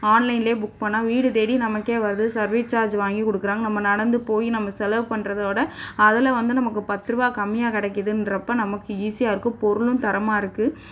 ஆன்லைன்லேயே புக் பண்ணால் வீடு தேடி நமக்கே வருது சர்வீஸ் சார்ஜ் வாங்கிக் கொடுக்குறாங்க நம்ம நடந்து போய் நம்ம செலவு பண்ணுறதோட அதில் வந்து நமக்கு பத்துரூபா கம்மியாக கிடைக்குதுன்றப்ப நமக்கு ஈஸியாக இருக்கும் பொருளும் தரமாக இருக்குது